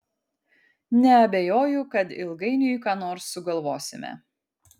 neabejoju kad ilgainiui ką nors sugalvosime